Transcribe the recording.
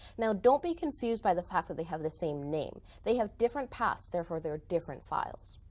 now don't be confused by the fact that they have the same name. they have different paths, therefore they are different files.